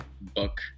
book